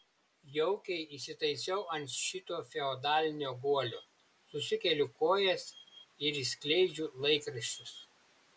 jaukiai įsitaisau ant šito feodalinio guolio susikeliu kojas ir išskleidžiu laikraščius